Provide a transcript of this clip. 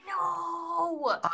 No